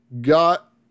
got